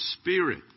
Spirit